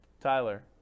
Tyler